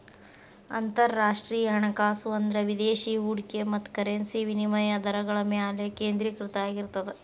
ಅಂತರರಾಷ್ಟ್ರೇಯ ಹಣಕಾಸು ಅಂದ್ರ ವಿದೇಶಿ ಹೂಡಿಕೆ ಮತ್ತ ಕರೆನ್ಸಿ ವಿನಿಮಯ ದರಗಳ ಮ್ಯಾಲೆ ಕೇಂದ್ರೇಕೃತ ಆಗಿರ್ತದ